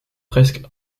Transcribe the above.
presque